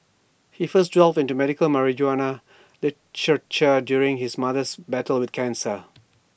he first delved into medical marijuana during his mother's battle with cancer